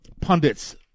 pundits